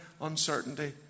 uncertainty